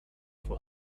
for